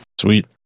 Sweet